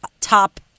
top